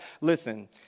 Listen